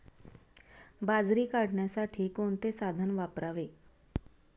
बाजरी काढण्यासाठी कोणते साधन वापरावे?